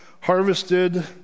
harvested